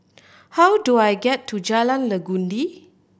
how do I get to Jalan Legundi